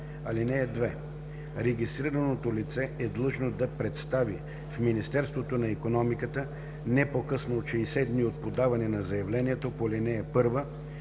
така: „(2) Регистрираното лице е длъжно да представи в Министерството на икономиката, не по-късно от 60 дни от подаване на заявлението по ал. 1,